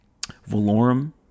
Valorum